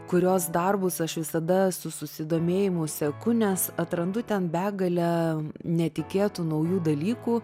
kurios darbus aš visada su susidomėjimu seku nes atrandu ten begalę netikėtų naujų dalykų